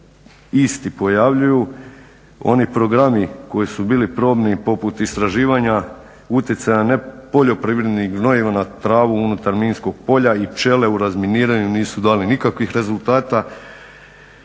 isti pojavljuju. Oni programi koji su bili probni poput istraživanja utjecaja ne poljoprivrednih gnojiva na travu unutar minskog polja i pčele u razminiranju nisu dali nikakvih rezultata.